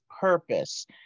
purpose